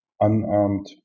unarmed